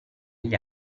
gli